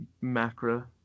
macro